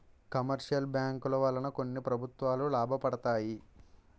commercial బ్యాంకుల వలన కొన్ని ప్రభుత్వాలు లాభపడతాయి